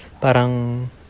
parang